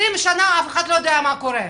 ו-20 שנה אף אחד לא יודע מה קורה.